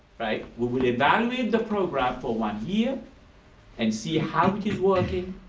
right, we will evaluate the program for one year and see how it is working.